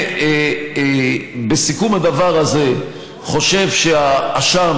בסיכום הדבר הזה אני חושב שהאשם,